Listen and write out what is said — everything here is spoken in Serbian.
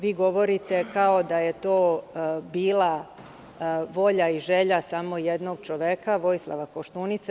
Vi govorite kao da je to bila volja i želja samo jednog čoveka Vojislava Koštunice.